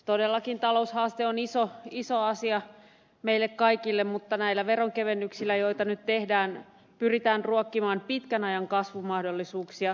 todellakin taloushaaste on iso asia meille kaikille mutta näillä veronkevennyksillä joita nyt tehdään pyritään ruokkimaan pitkän ajan kasvumahdollisuuksia